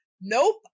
Nope